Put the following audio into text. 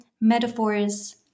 metaphors